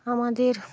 আমাদের